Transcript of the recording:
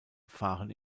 fahren